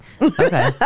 Okay